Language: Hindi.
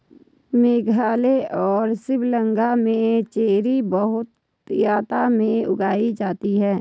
मेघालय और शिलांग में चेरी बहुतायत में उगाई जाती है